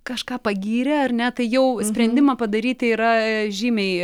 kažką pagyrė ar ne tai jau sprendimą padaryti yra žymiai